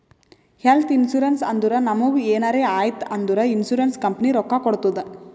health insurance ಅಂದುರ್ ನಮುಗ್ ಎನಾರೇ ಆಯ್ತ್ ಅಂದುರ್ ಇನ್ಸೂರೆನ್ಸ್ ಕಂಪನಿ ರೊಕ್ಕಾ ಕೊಡ್ತುದ್